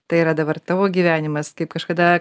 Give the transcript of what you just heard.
tai yra dabar tavo gyvenimas kaip kažkada